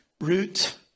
root